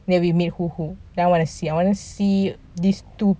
then we meet who who now want to see I want to see these two